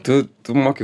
tu tu moki